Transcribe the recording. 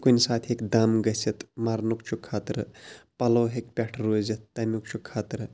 کُنہِ ساتہٕ ہیٚکہِ دَم گٔژھِتھ مَرنُک چھُ خطرٕ پَلَو ہٮ۪کہِ پٮ۪ٹھٕ روٗزِتھ تَمیُک چھُ خطرٕ